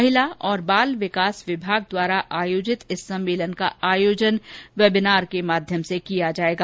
महिला एवं बाल विकास विभाग द्वारा आयोजित इस सम्मेलन का आयोजन वेबीनार के माध्यम से किया जायेगा